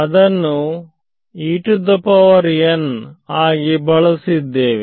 ಅದನ್ನು sಆಗಿ ಬಳಸಿದ್ದೇವೆ